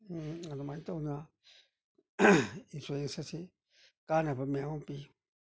ꯑꯗꯨꯃꯥꯏꯅ ꯇꯧꯗꯅ ꯏꯟꯁꯨꯔꯦꯟꯁ ꯑꯁꯤ ꯀꯥꯟꯅꯕ ꯃꯌꯥꯝ ꯑꯃ ꯄꯤ